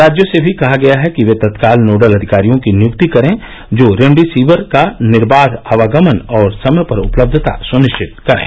राज्यों से भी कहा गया है कि वे तत्काल नोडल अधिकारियों की नियुक्ति करें जो रेमडेसिविर के निर्बाध आवागमन और समय पर उपलब्धता सुनिश्चित करें